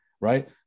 right